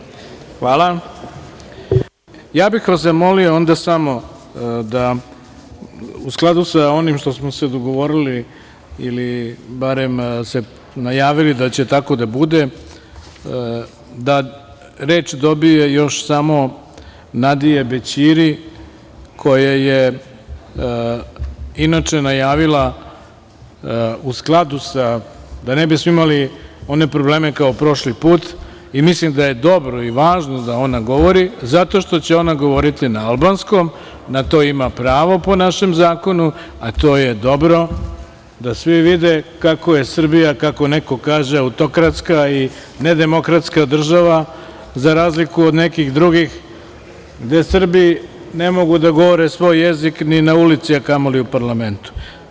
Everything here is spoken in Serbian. Ja bih vas zamolio onda samo da, u skladu sa onim što smo se dogovorili ili barem najavili da će tako da bude, reč dobije još samo Nadija Bećiri, koja je inače najavila, da ne bismo imali one probleme kao prošli put, i mislim da je dobro i važno da ona govori, zato što će ona govoriti na albanskom, na to ima pravo po našem zakonu, a to je dobro, da svi vide kako je Srbija, kako neko kaže, autokratska i nedemokratska država, za razliku od nekih drugih, gde Srbi ne mogu da govore svoj jezik ni na ulici, a kamoli u parlamentu.